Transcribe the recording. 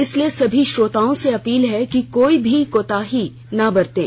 इसलिए सभी श्रोताओं से अपील है कि कोई भी कोताही ना बरतें